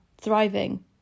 thriving